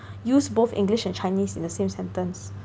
use both English and Chinese in the same sentence